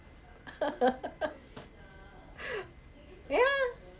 yeah